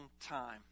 time